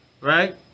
Right